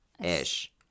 ish